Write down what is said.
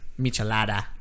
Michelada